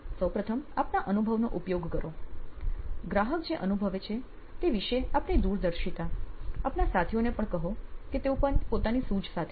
સૌપ્રથમ આપના અનુભવનો ઉપયોગ કરો ગ્રાહક જે અનુભવે છે તે વિષે આપની દૂરદર્શિતા આપના સાથીઓને પણ કહો કે તેઓ પોતાની સૂઝ સાથે આવે